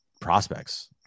prospects